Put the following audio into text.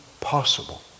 possible